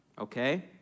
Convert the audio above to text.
okay